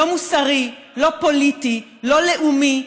לא מוסרי, לא פוליטי, לא לאומי.